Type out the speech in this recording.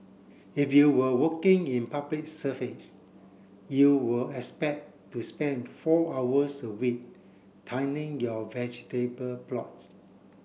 if you were working in Public Service you were expect to spend four hours a week tilling your vegetable plots